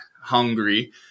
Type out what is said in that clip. hungry